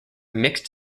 mixed